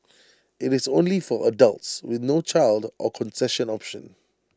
IT is also only for adults with no child or concession option